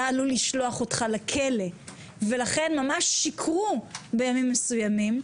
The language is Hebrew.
עלול לשלוח אותך לכלא ולכן ממש שיקרו בימים מסוימים,